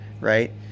right